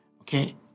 Okay